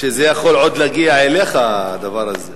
זה שזה יכול עוד להגיע אליך, הדבר הזה.